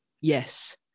Yes